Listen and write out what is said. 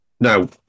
now